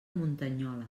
muntanyola